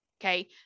Okay